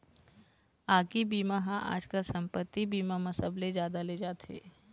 आगी बीमा ह आजकाल संपत्ति बीमा म सबले जादा ले जाथे